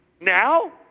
Now